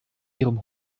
ihrem